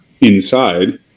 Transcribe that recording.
inside